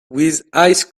ice